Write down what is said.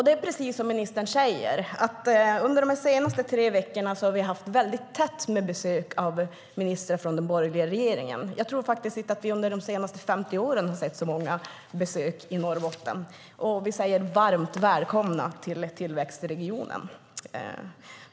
Det är precis som ministern säger, att under de senaste veckorna har vi haft väldigt tätt med besök av ministrar från den borgerliga regeringen. Jag tror faktiskt inte att vi under de senaste 50 åren har sett så många besök i Norrbotten, och vi säger varmt välkomna till tillväxtregionen.